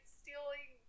stealing